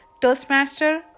Toastmaster